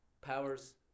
powers